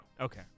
Okay